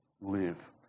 live